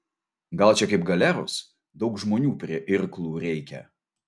gal čia kaip galeros daug žmonių prie irklų reikia